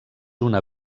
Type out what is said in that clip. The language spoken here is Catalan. una